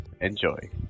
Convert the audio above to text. enjoy